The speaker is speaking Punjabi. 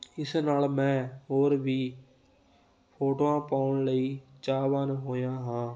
ਇਸ ਨਾਲ ਮੈਂ ਹੋਰ ਵੀ ਫੋਟੋਆਂ ਪਾਉਣ ਲਈ ਚਾਹਵਾਨ ਹੋਇਆ ਹਾਂ